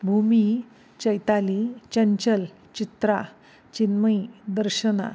Bhumi Chaitali Chanchal Chitra Chinmayi Darshana